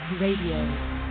Radio